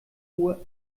uhr